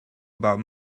about